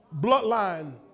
bloodline